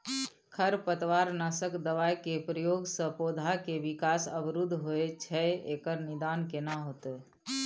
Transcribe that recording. खरपतवार नासक दबाय के प्रयोग स पौधा के विकास अवरुध होय छैय एकर निदान केना होतय?